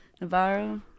Navarro